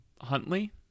Huntley